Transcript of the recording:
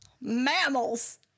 Mammals